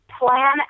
plan